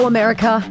America